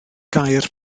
gair